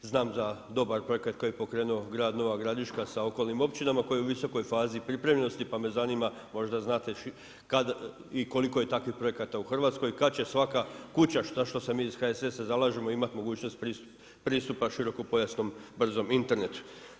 Znam za dobar projekt koji je pokrenuo grad Nova Gradiška sa okolnim općinama koji je u visokoj fazi pripremljenosti pa me zanima možda znate kada i koliko je takvih projekta u Hrvatskoj, kada će svaka kuća što se mi iz HSS-a zalažemo imati mogućnost pristupa širokopojasnom brzom internetu?